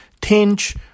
tinge